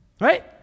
Right